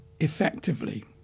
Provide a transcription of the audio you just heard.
effectively